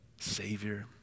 savior